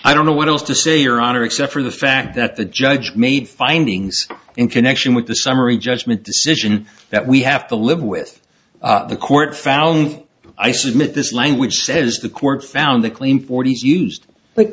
i don't know what else to say your honor except for the fact that the judge made findings in connection with the summary judgment decision that we have to live with the court found i submit this language says the court found a clean forty's used